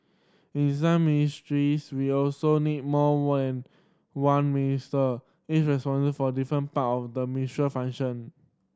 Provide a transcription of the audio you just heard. in some ministries we also need more one one Minister each responsible for a different part of the ministry function